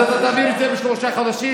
אז אתה תעביר את זה בעוד שלושה חודשים,